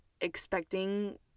expecting